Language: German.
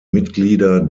mitglieder